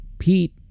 Pete